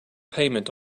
payment